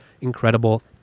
incredible